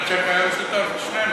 אבל הצ'ק היה משותף לשנינו.